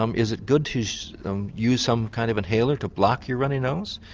um is it good to use um use some kind of inhaler to block your runny nose?